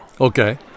Okay